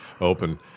open